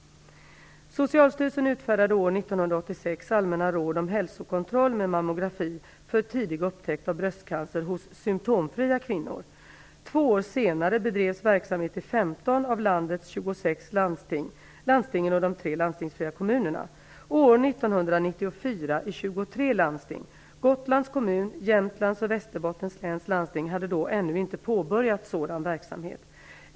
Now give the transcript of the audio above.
Socialstyrelsen utfärdade år 1986 allmänna råd om hälsokontroll med mammografi för tidig upptäckt av bröstcancer hos symtomfria kvinnor. Två år senare bedrevs verksamhet i 15 av landets 26 landsting och år 1994 i 23 landsting. Gotlands kommun, Jämtlands och Västerbottens läns landsting hade då ännu inte påbörjat sådan verksamhet.